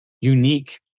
unique